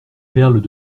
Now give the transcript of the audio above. perles